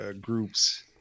groups